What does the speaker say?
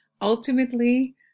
Ultimately